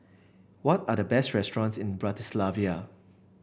what are the best restaurants in Bratislava